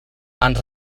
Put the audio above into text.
ens